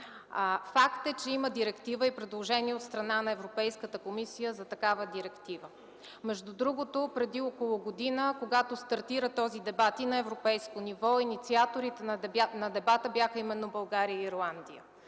Факт е, че има директива и предложение от страна на Европейската комисия за такава директива. Между другото преди около година, когато стартира дебатът, на европейско ниво инициаторите бяха именно България и Ирландия.